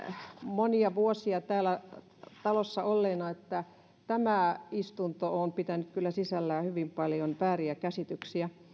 monia vuosia täällä talossa olleena että tämä istunto on pitänyt kyllä sisällään hyvin paljon vääriä käsityksiä